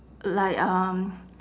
like um